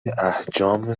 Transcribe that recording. احجام